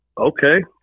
Okay